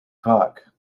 vaak